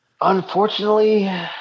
Unfortunately